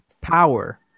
power